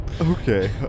Okay